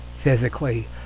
physically